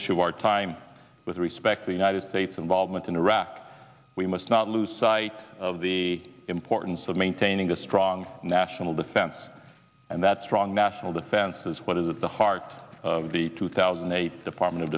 issue our time with respect to united states involvement in iraq we must not lose sight of the importance of maintaining a strong national defense and that strong national defense is what is at the heart of the two thousand and eight department of